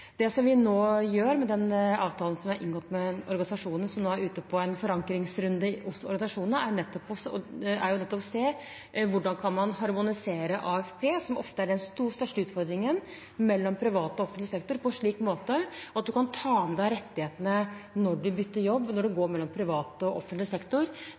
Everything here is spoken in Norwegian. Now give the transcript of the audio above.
rettigheter. Det vi nå gjør med den avtalen som vi har inngått med organisasjonene, og som nå er ute på en forankringsrunde i organisasjonene, er nettopp å se på hvordan man kan harmonisere AFP, som ofte er den største utfordringen mellom privat og offentlig sektor, på en slik måte at en kan ta med seg rettighetene når en bytter jobb og går mellom privat og offentlig sektor.